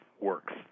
works